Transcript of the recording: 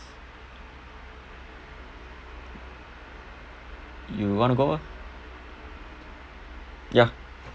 you want to go first ya